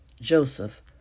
Joseph